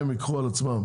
הם ייקחו על עצמם